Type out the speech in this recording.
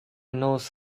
knows